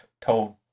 told